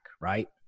Right